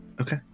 Okay